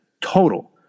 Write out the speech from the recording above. total